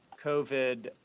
COVID